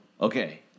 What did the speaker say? Okay